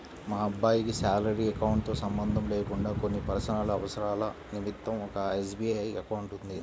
మా అబ్బాయికి salary account తో సంబంధం లేకుండా కొన్ని పర్సనల్ అవసరాల నిమిత్తం ఒక ఎస్.బీ.ఐ అకౌంట్ ఉంది